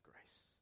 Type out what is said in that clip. grace